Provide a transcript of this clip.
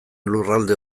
lurralde